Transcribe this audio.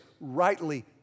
rightly